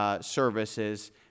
services